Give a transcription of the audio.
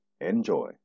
Enjoy